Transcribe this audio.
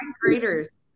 graders